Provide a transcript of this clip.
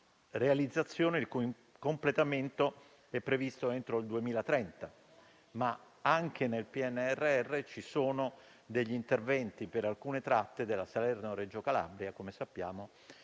realizzazioni, il cui completamento è previsto entro il 2030. Anche nel PNRR, però, ci sono interventi per alcune tratte della Salerno-Reggio Calabria, come sappiamo,